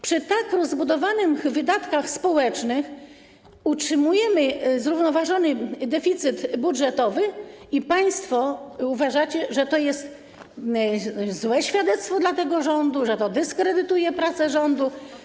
Przy tak rozbudowanych wydatkach społecznych utrzymujemy zrównoważony deficyt budżetowy i państwo uważacie, że to jest złe świadectwo dla tego rządu, że to dyskredytuje pracę rządu.